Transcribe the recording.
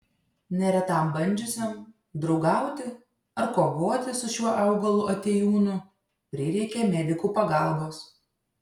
neretam bandžiusiam draugauti ar kovoti su šiuo augalu atėjūnu prireikė medikų pagalbos